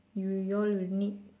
you you all will need